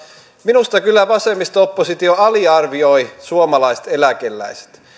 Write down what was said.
minusta kyllä vasemmisto oppositio aliarvioi suomalaiset eläkeläiset